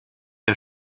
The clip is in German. der